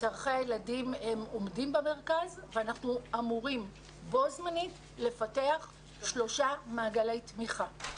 הם עומדים במרכז ואנחנו אמורים בו זמנית לפתח שלושה מעגלי תמיכה.